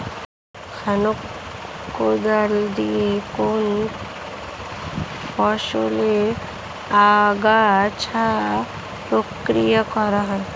খনক কোদাল দিয়ে কোন ফসলের আগাছা পরিষ্কার করা হয়?